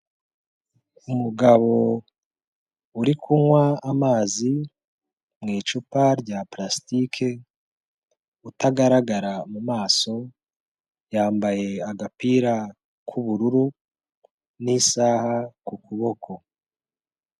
Umugabo uri kunywa amazi mu icupa rya palasitike utagaragara mu maso, yambaye agapira k'ubururu n'isaha ku kuboko.